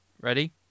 Ready